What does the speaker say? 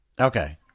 Okay